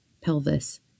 pelvis